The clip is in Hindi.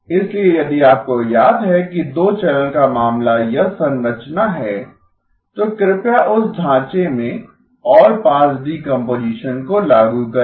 इसलिए यदि आपको याद है कि दो चैनल का मामला यह संरचना है तो कृपया उस ढांचे में ऑलपास डीकम्पोजीशन को लागू करें